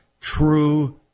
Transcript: true